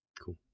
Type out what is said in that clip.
cool